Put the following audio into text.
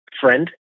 friend